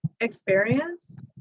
experience